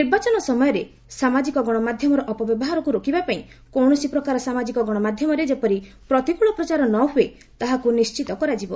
ନିର୍ବାଚନ ସମୟରେ ସାମାଜିକ ଗଣମାଧ୍ୟମର ଅପବ୍ୟବହାରକୁ ରୋକିବାପାଇଁ କୌଣସି ପ୍ରକାର ସାମାଜିକ ଗଣମାଧ୍ୟମରେ ଯେପରି ପ୍ରତିକୃଳ ପ୍ରଚାର ନ ହୁଏ ତାହାକୁ ନିର୍ଣ୍ଣିତ କରାଯିବ